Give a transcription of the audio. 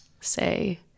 say